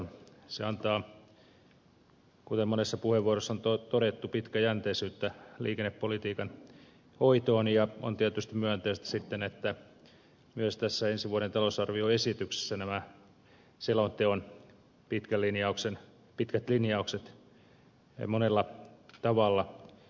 se antaa kuten monessa puheenvuorossa on todettu pitkäjänteisyyttä liikennepolitiikan hoitoon ja on tietysti myönteistä että myös tässä ensi vuoden talousarvioesityksessä nämä selonteon pitkät linjaukset monella tavalla näkyvät